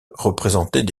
représentaient